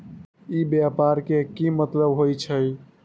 ई व्यापार के की मतलब होई छई?